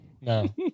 No